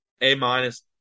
A-minus